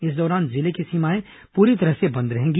इस दौरान जिले की सीमाएं पूरी तरह से बंद रहेंगी